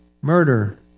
murder